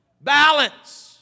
Balance